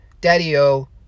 daddy-o